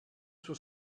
suo